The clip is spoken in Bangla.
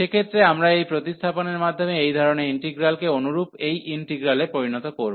সেক্ষেত্রে আমরা এই প্রতিস্থাপনের মাধ্যমে এই ধরণের ইন্টিগ্রালকে অনুরূপ এই ইন্টিগ্রালে পরিণত করব